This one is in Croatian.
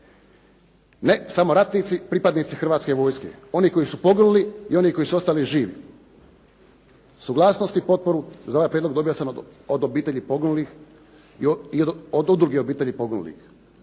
Ne samo ratnici pripadnici Hrvatske vojske. Oni koji su poginuli i oni koji su ostali živi. Suglasnost i potporu za ovaj prijedlog dobio sam od obitelji poginulih i od Udruge obitelji poginulih.